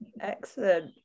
excellent